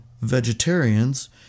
vegetarians